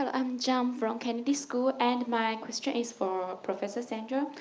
and i'm jam from kennedy school and my question is for professor sandel,